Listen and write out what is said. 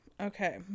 Okay